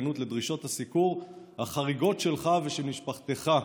היענות לדרישות הסיקור החריגות שלך ושל משפחתך."